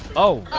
oh